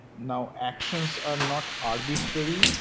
now actions are not arbitrary.